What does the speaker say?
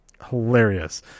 hilarious